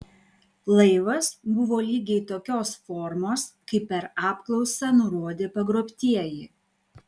laivas buvo lygiai tokios formos kaip per apklausą nurodė pagrobtieji